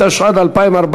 התשע"ד 2014,